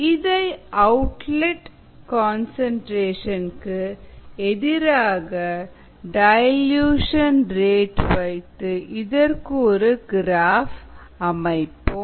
இதை அவுட்லெட் கன்சன்ட்ரேஷன்க்கு எதிராக டயல்யூஷன் ரேட் வைத்து இதற்கு ஒரு கிராஃப் அமைப்போம்